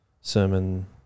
sermon